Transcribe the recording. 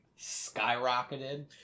skyrocketed